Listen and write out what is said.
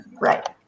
Right